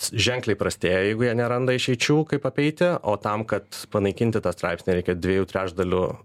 ženkliai prastėja jeigu jie neranda išeičių kaip apeiti o tam kad panaikinti tą straipsnį reikia dviejų trečdalių